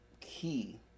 key